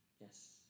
Yes